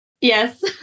Yes